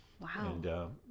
Wow